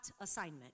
assignment